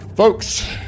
Folks